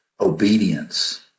obedience